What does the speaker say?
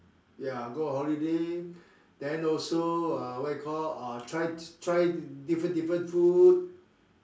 ya go on holiday then also uh what you call uh try try different different food